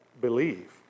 believe